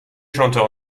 chanteur